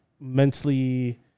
Mentally